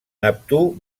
neptú